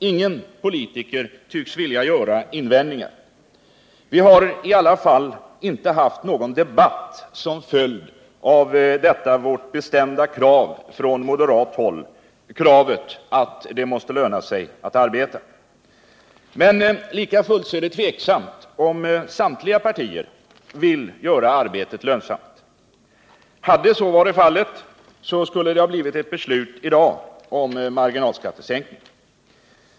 Ingen politiker tycks vilja göra invändningar. Vi har i alla fall inte haft någon debatt som följd av detta vårt bestämda krav från moderat håll — kravet att det måste löna sig att arbeta. Men likafullt är det tveksamt om samtliga partier verkligen vill göra arbetet lönsamt. Hade så varit fallet, så skulle det ha blivit ett beslut i dag om marginalskattesänkning.